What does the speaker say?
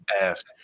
Ask